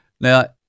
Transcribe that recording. Now